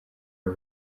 aba